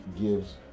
gives